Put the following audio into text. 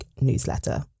newsletter